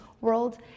world